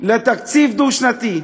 לתקציב דו-שנתי.